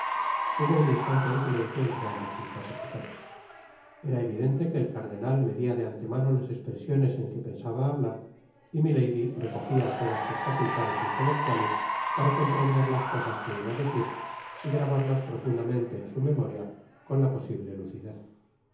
hubo un instante de silencio entre ambos interlocutores era evidente que el cardenal media de antemano las espresiones en que pensaba hablar y milady recogia todas sus facultades intelectuales para comprender las cosas que iba á decir y grabarlas profundamente en su memoria con la posible lucidez